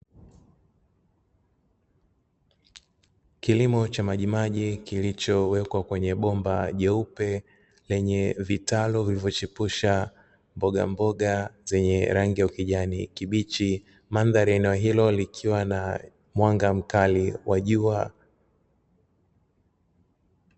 Kilimo cha majimaji, kilichowekwa kwenye bomba jeupe lenye vitaru vilivyochepusha mbogamboga zenye rangi ya ukijani kibichi, mandhari ya eneo hilo ikiwa na mwanga mkali wa jua.